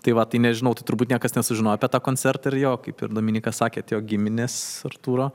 tai va tai nežinau tai turbūt niekas nesužino apie tą koncertą ir jo kaip ir dominikas sakė atėjo giminės artūro